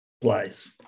place